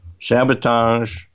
sabotage